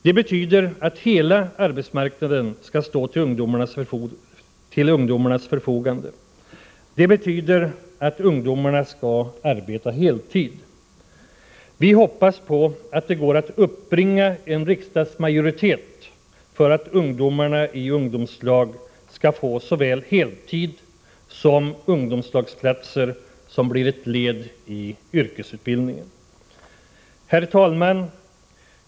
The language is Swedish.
Det betyder att hela arbetsmarknaden skall stå till ungdomarnas förfogande, och det betyder att ungdomarna skall arbeta heltid. Vi hoppas att det går att uppbringa en riksdagsmajoritet för att ungdomarna i ungdomslag skall få såväl heltid som ungdomslagsplatser, som blir ett led i yrkesutbildningen. Herr talman!